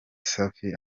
safi